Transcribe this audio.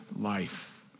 life